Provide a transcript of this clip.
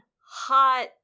hot